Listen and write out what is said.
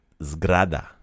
Zgrada